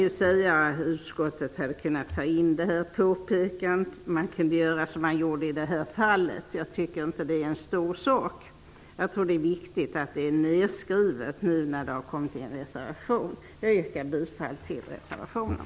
Utskottet hade kunnat ta in det här påpekandet, och man kunde göra som man gjorde i det här fallet. Jag tycker inte att det är en stor sak. Det är viktigt att det är nerskrivet i en reservation. Jag yrkar bifall till reservationen.